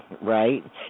right